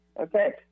okay